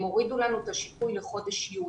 הם הורידו לנו את השיפוי לחודש יוני.